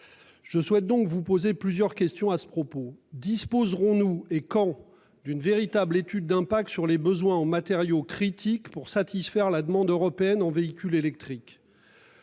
Je souhaite donc vous poser plusieurs questions à ce propos disposeront nous et quand, d'une véritable étude d'impact sur les besoins en matériaux critiques pour satisfaire la demande européenne en véhicules électriques.